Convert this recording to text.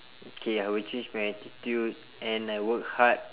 okay I will change my attitude and I work hard